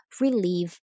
relieve